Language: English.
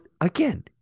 again